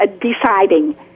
deciding